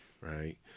right